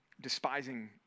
Despising